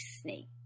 Snake